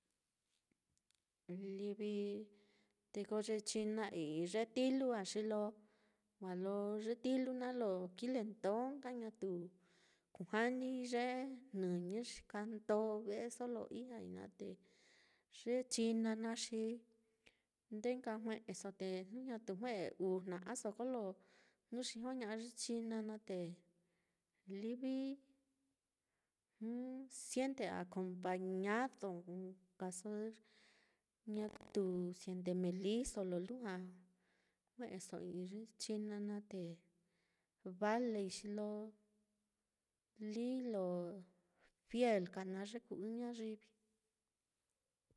Livi te ko ye china i'i ye tilu á xilo wa lo ye tilu naá lo kile ndo nkai ñatu kujanii ye jnɨñɨ xi kandó ve'eso lo ijñai naá, te ye china naá xi jnu ndee nka jue'eso, te jnu ñatu jue'e uu jna'aso kolo jnu xijóña'a ye china naá, te livi siente acompañado nkaso ñatu siente meeliso lo lujua jue'eso i'i ye china naá, te valei xi lo líi lo fiel ka naá ye kuu ɨ́ɨ́n ñayivi.